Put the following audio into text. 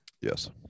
Yes